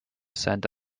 send